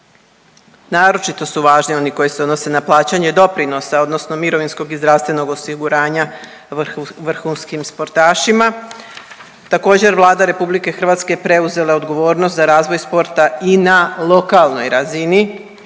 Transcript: naročito su važni oni koji se odnose na plaćanje doprinosa odnosno mirovinskog i zdravstvenog osiguranja vrhunskim sportašima. Također Vlada RH je preuzela odgovornost za razvoj sporta i na lokalnoj razini